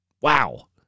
Wow